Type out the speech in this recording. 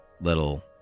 little